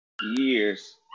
years